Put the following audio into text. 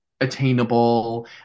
attainable